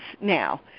now